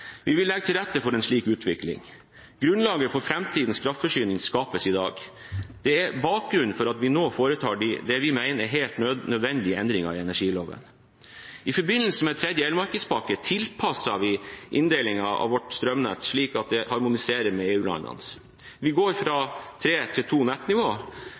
Vi vil legge til rette for en slik utvikling. Grunnlaget for framtidens kraftforsyning skapes i dag. Det er bakgrunnen for at vi nå foretar det vi mener er helt nødvendige endringer i energiloven. I forbindelse med tredje elmarkedspakke tilpasser vi inndelingen av vårt strømnett slik at det harmoniserer med EU-landenes. Vi går fra tre til to